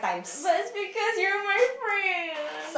but it's because you're my friend